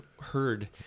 heard